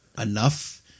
enough